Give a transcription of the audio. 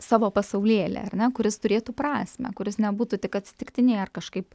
savo pasaulėlį ar ne kuris turėtų prasmę kuris nebūtų tik atsitiktiniai ar kažkaip